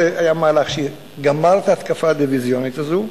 זה היה מהלך שגמר את ההתקפה הדיביזיונית הזו.